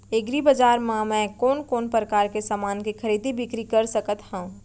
एग्रीबजार मा मैं कोन कोन परकार के समान के खरीदी बिक्री कर सकत हव?